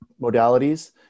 modalities